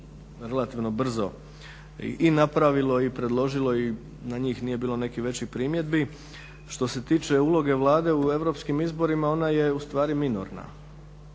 relativno brzo i napravilo i predložilo i na njih nije bilo nekih većih primjedbi. Što se tiče uloge Vlade u europskim izborima ona je ustvari minorna